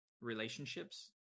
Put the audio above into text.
relationships